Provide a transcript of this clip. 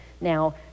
now